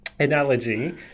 Analogy